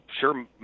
sure